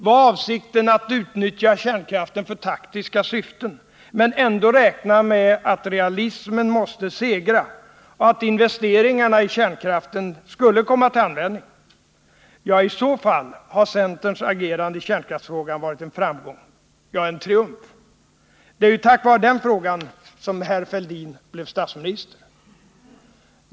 Var avsikten att utnyttja kärnkraften för taktiska syften, men ändå räkna med att realismen måste segra och att investeringarna i kärnkraften skulle komma till användning? Ja, i så fall har centerns agerande i kärnkraftsfrågan varit en framgång, ja, en triumf. Det var ju tack vare den frågan som herr Fälldin blev statsminister.